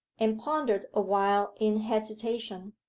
and pondered awhile in hesitation.